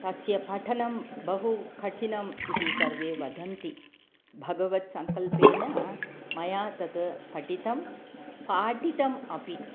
तस्य पठनं बहु कठिनम् इति सर्वे वदन्ति भगवत्सङ्कल्पेन मया तद् पठितं पाठितम् अपि